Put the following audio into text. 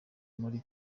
muri